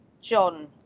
John